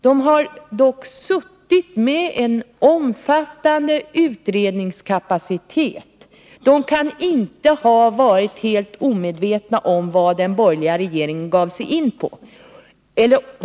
De har dock suttit med en omfattande utredningskapacitet. De kan inte ha varit helt omedvetna om vad den borgerliga regeringen gav sig in på.